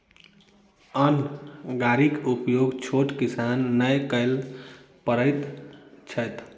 अन्न गाड़ीक उपयोग छोट किसान नै कअ पबैत छैथ